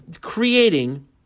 creating